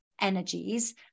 energies